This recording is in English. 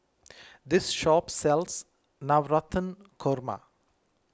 this shop sells Navratan Korma